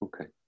Okay